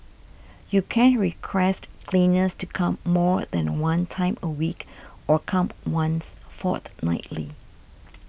you can request cleaners to come more than one time a week or come once fortnightly